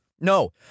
No